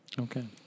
Okay